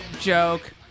joke